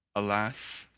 alas,